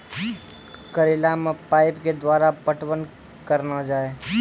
करेला मे पाइप के द्वारा पटवन करना जाए?